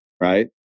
right